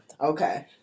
Okay